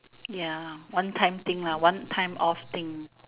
ya one time thing lah one time off thing